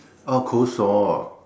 oh cold sore